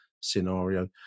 scenario